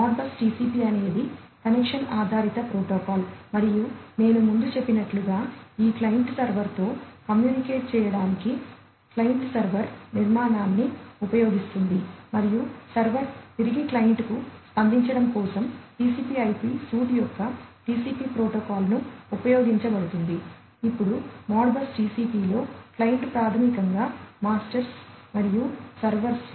Modbus TCP అనేది connection ఆధారిత protocol మరియు నేను ముందు చెప్పినట్లుగా ఈ క్లయింట్ సర్వర్తో కమ్యూనికేట్ చేయడానికి క్లయింట్ సర్వర్